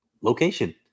location